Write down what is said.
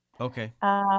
Okay